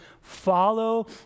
follow